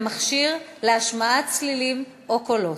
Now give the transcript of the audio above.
למכשיר להשמעת צלילים או קולות".